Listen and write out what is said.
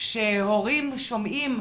שהורים שומעים,